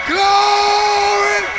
Glory